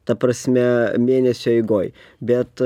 ta prasme mėnesio eigoj bet